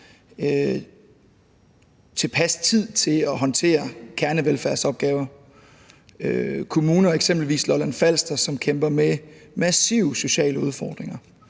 tilpas tid til at håndtere kernevelfærdsopgaver. Det er eksempelvis kommuner på Lolland Falster, der kæmper med massive sociale udfordringer,